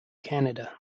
canada